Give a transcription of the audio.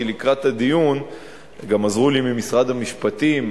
כי לקראת הדיון גם עזרו לי ממשרד המשפטים,